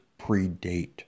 predate